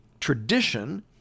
tradition